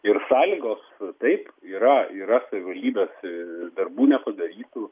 ir sąlygos taip yra yra savivaldybės darbų nepadarytų